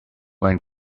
when